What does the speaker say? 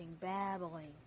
babbling